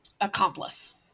accomplice